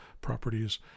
properties